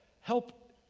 help